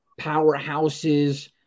Powerhouses